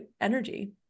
energy